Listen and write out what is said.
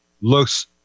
looks